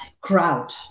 crowd